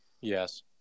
Yes